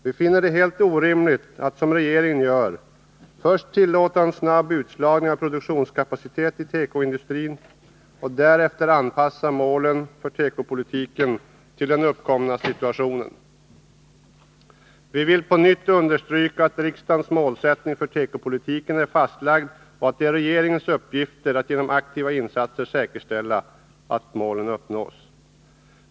Vi finner det helt orimligt att, som regeringen gör, först tillåta en snabb utslagning av produktionskapacitet i tekoindustrin och därefter anpassa målen för tekopolitiken till den uppkomna situationen. Vi vill på nytt understryka att riksdagens målsättning för tekopolitiken är fastlagd och att det är regeringens uppgift att genom aktiva insatser säkerställa att målen uppnås.